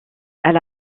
elle